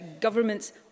governments